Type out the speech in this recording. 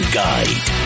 guide